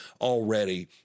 already